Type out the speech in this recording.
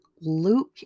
Luke